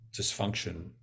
dysfunction